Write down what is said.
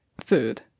food